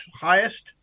highest